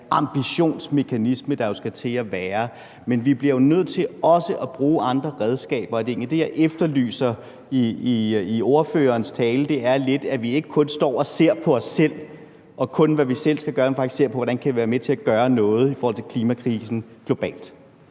ambitionsmekanisme, der jo skal til at fungere. Men vi bliver nødt til også at bruge andre redskaber. Og den pointe, jeg egentlig efterlyser i ordførerens tale, er lidt, at vi ikke kun skal se på os selv, og hvad vi selv skal gøre, men at vi faktisk ser på, hvordan vi kan være med til at gøre noget i forhold til klimakrisen globalt.